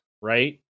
right